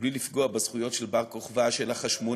בלי לפגוע בזכויות של בר-כוכבא, של החשמונאים,